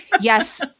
Yes